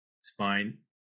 spine